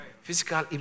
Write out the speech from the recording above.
physical